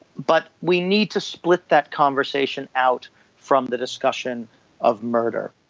but we need to split that conversation out from the discussion of murder.